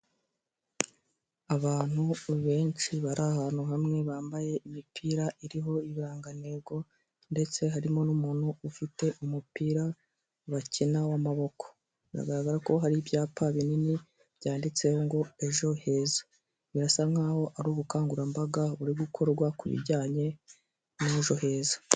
Abantu benshi bari ahantu hamwe bambaye imipira iriho ibarangantego ndetse harimo n'umuntu ufite umupira bakina wamaboko biragaragara ko hari ibyapa binini byanditseho ngo "Ejo heza" birasa nkaho ari ubukangurambaga buri gukorwa ku bijyanye n'ejo heza.